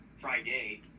Friday